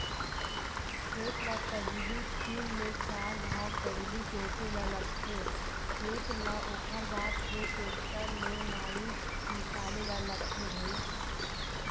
खेत ल पहिली तीन ले चार घांव पहिली जोते ल लगथे खेत ल ओखर बाद फेर टेक्टर ले नाली निकाले ल लगथे भई